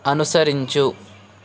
అనుసరించు